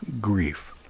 grief